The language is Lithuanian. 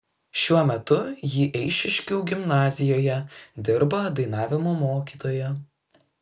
šiuo metu ji eišiškių gimnazijoje dirba dainavimo mokytoja